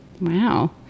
Wow